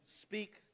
speak